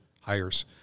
hires